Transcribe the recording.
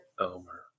Elmer